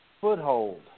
foothold